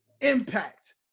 impact